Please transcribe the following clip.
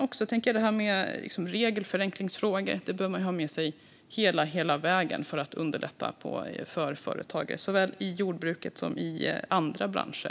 Vidare är det regelförenklingsfrågor, som man behöver man ha med sig hela vägen för att underlätta för företagare, såväl i jordbruket som i andra branscher.